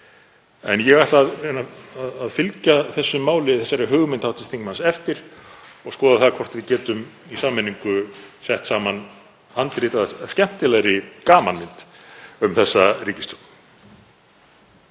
En ég ætla að reyna að fylgja þessari hugmynd hv. þingmanns eftir og skoða það hvort við getum í sameiningu sett saman handrit að skemmtilegri gamanmynd um þessa ríkisstjórn.